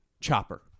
chopper